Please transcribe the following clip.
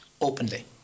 openly